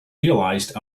realized